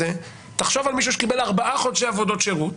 תחשוב על מישהו שקיבל ארבעה חודשי עבודות שירות